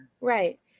right